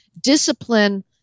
discipline